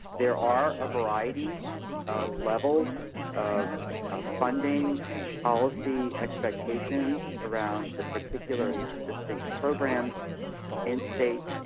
there are a variety of levels of funding and policy expectations around the particular and distinct programs in states.